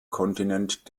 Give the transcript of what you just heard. kontinent